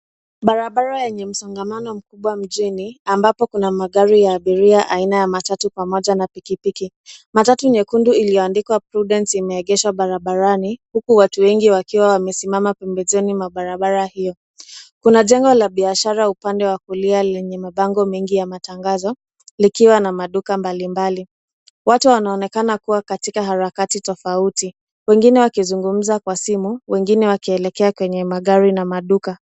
Barabara yenye msongamano mkubwa mjini ambapo kuna magari ya abiria aina ya matatu pamoja na pikipiki. Matatu nyekundu iliyoandikwa Prudence ime egeshwa barabarani huku watu wengi wakiwa wamesimama pembejeni mwa barabara hiyo. Kuna jengo la biashara upande wa kulia lenye mabango mengi ya matangazo likiwa na maduka mbalimbali. Watu wanaonekana kuwa katika harakati tofauti, wengine wakizungmza kwa simu wengine wakielekea kwenye magari na maduka.